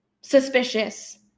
suspicious